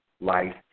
life